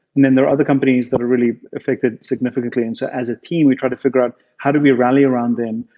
then there are other companies that are really affected significantly and so as a team we try to figure out how do we rally around them?